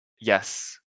yes